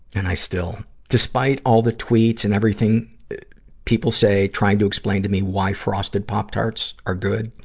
and i still despite all the tweets and everything people say, trying to explain to me why frosted pop tarts are good,